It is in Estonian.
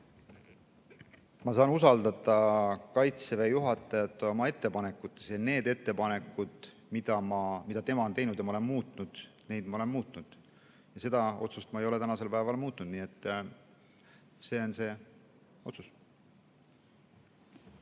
Ma saan usaldada Kaitseväe juhatajat oma ettepanekutes. Need ettepanekud, mida tema on teinud ja mina olen muutnud, neid ma olen muutnud. Seda otsust ma ei ole tänasel päeval muutnud, nii et see on see otsus.